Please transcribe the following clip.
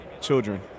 children